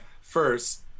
first